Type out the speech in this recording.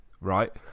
right